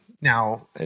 Now